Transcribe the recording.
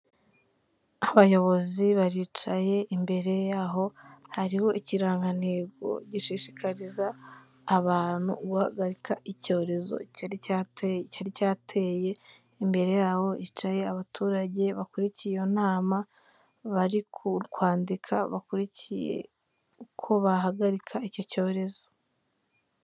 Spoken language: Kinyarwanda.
Abayobozi baricaye imbere yaho hariho ikirangantego gishishikariza abantu guhagarika icyorezo cyari cyateye cyari ryateye, imbere yabo hicaye abaturage bakurikiye iyo nama bari kwandika bakurikiye uko bahagarika icyo cyorezo.